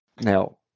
Now